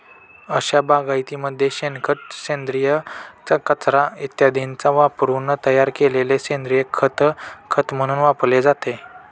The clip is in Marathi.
अशा बागायतीमध्ये शेणखत, सेंद्रिय कचरा इत्यादींचा वापरून तयार केलेले सेंद्रिय खत खत म्हणून वापरले जाते